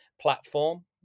platform